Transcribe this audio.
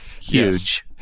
Huge